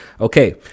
Okay